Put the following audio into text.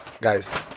guys